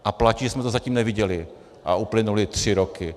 A platí, že jsme to zatím neviděli, a uplynuly tři roky.